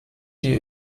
die